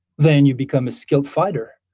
then you become a skilled fighter,